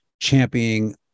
championing